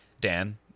Dan